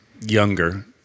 younger